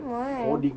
!oi!